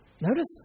notice